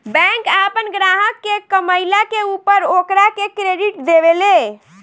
bank आपन ग्राहक के कमईला के ऊपर ओकरा के क्रेडिट देवे ले